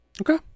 Okay